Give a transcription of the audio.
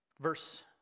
verse